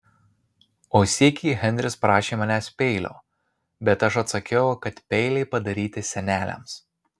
o sykį henris prašė manęs peilio bet aš atsakiau kad peiliai padaryti seneliams